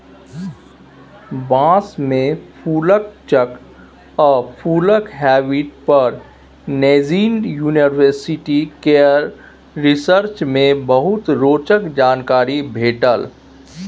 बाँस मे फुलक चक्र आ फुलक हैबिट पर नैजिंड युनिवर्सिटी केर रिसर्च मे बहुते रोचक जानकारी भेटल